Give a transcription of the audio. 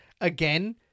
again